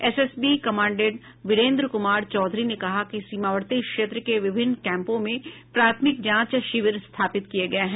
SSB commandant Virendra Kumar Chaudhary ने कहा कि सीमावर्ती क्षेत्र के विभिन्न कैम्पों में प्राथमिक जांच शिविर स्थापित किये गये हैं